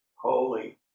holy